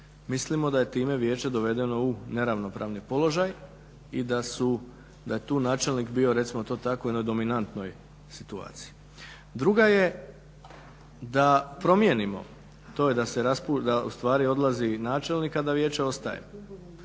Mislimo da je time vijeće dovedeno u neravnopravni položaj i da su, da je tu načelnik bio recimo to tako u jednoj dominantnoj situaciji. Druga je da promijenimo, to je da u stvari odlazi i načelnik, a da vijeće ostaje.